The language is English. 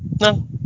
No